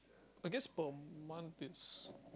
I guess about a month it's